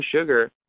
sugar